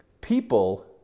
People